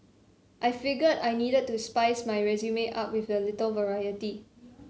I figured I needed to spice my resuming up with a little variety